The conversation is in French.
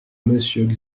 monsieur